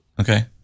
Okay